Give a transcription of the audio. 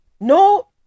No